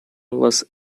was